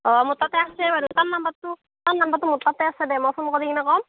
অঁ মোৰ তাতে আছে বাৰু তাৰ নাম্বাৰটো তাৰ নাম্বাৰটো মোৰ তাতে আছে দে মই ফোন কৰি কেনে কম